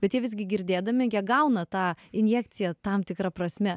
bet jie visgi girdėdami jie gauna tą injekciją tam tikra prasme